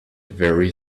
very